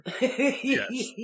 Yes